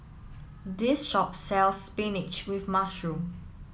this shop sells Spinach with Mushroom